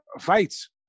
fights